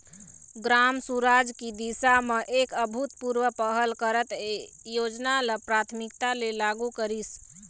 ग्राम सुराज की दिशा म एक अभूतपूर्व पहल करत ए योजना ल प्राथमिकता ले लागू करिस